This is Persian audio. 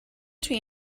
توی